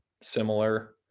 similar